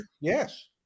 yes